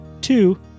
two